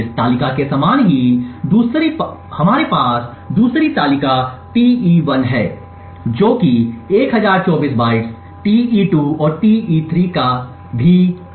इस तालिका के समान ही हमारे पास दूसरे तालिका Te1 है जो कि 1024 बाइट्स Te2 और Te3 का भी है